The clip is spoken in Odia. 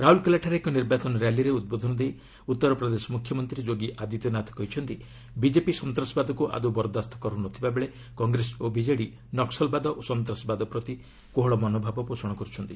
ରାଉରକେଲାଠାରେ ଏକ ନିର୍ବାଚନ ର୍ୟାଲିରେ ଉଦ୍ବୋଧନ ଦେଇ ଉତ୍ତର ପ୍ରଦେଶ ମୁଖ୍ୟମନ୍ତ୍ରୀ ଯୋଗୀ ଆଦିତ୍ୟନାଥ କହିଛନ୍ତି ବିକେପି ସନ୍ତାସବାଦକୁ ଆଦୌ ବରଦାସ୍ତ କର୍ ନ ଥିବାବେଳେ କଂଗ୍ରେସ ଓ ବିକେଡି ନକୁଲବାଦ ଓ ସନ୍ତାସବାଦ ପ୍ରତି କୋହଳ ମନୋଭାବ ପୋଷଣ କରୁଛନ୍ତି